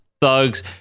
thugs